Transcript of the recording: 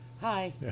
Hi